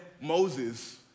Moses